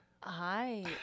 Hi